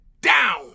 down